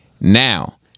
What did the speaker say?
Now